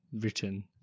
written